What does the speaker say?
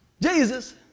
Jesus